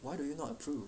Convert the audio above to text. why do you not approve